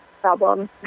problem